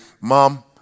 Mom